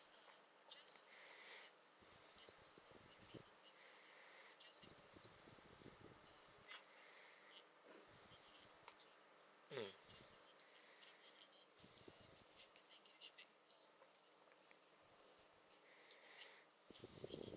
mm